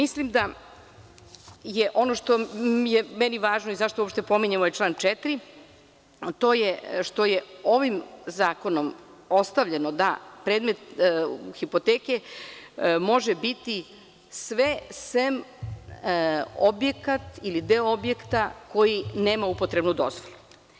Ono što mi je važno i zašto uopšte pominjem član 4. jeste što je ovim zakonom ostavljeno da predmet hipoteke može biti sve sem objekat ili deo objekta koji nema upotrebnu dozvolu.